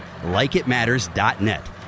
Likeitmatters.net